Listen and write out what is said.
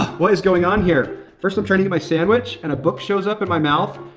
what is going on here? first, i'm trying to eat my sandwich and a book shows up in my mouth.